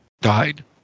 died